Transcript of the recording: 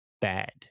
bad